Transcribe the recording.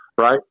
right